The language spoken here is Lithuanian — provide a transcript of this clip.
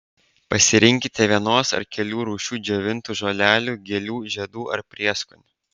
pasirinkite vienos ar kelių rūšių džiovintų žolelių gėlių žiedų ar prieskonių